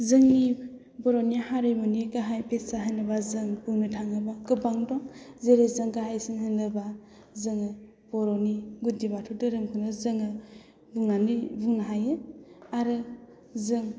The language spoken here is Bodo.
जोंनि बर'नि हारिमुनि गाहाय फेसा होनोब्ला जों बुंनो थाङोबा गोबां दं जेरै जों गाहायसिन होनोब्ला जोङो बर'नि गुदि बाथौ धोरोमखौनो जोङो बुंनानै बुंनो हायो आरो जों